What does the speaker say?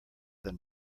than